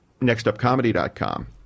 nextupcomedy.com